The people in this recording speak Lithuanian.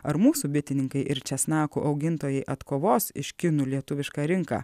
ar mūsų bitininkai ir česnakų augintojai atkovos iš kinų lietuvišką rinką